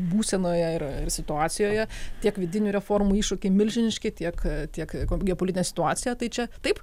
būsenoje ir ir situacijoje tiek vidinių reformų iššūkiai milžiniški tiek tiek geopolitinė situacija tai čia taip